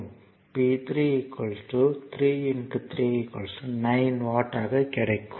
எனவே P 3 உறிஞ்சப்படும் power என்பது 3 3 9 வாட் ஆக இருக்கும்